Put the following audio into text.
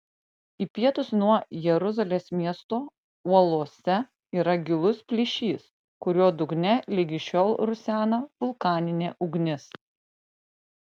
į pietus nuo jeruzalės miesto uolose yra gilus plyšys kurio dugne ligi šiol rusena vulkaninė ugnis